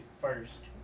first